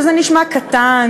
שזה נשמע קטן,